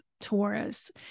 Taurus